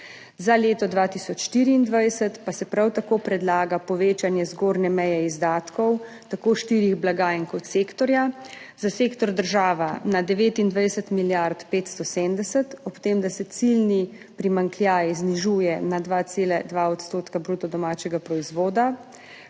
Za leto 2024 pa se prav tako predlaga povečanje zgornje meje izdatkov tako štirih blagajn kot sektorja, za sektor država na 29 milijard 570, ob tem, da se ciljni primanjkljaj znižuje na 2,2 % bruto domačega proizvoda.